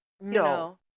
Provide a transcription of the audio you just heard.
No